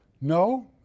No